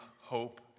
hope